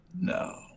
No